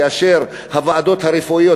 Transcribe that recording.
כאשר הוועדות הרפואיות,